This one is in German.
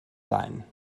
sein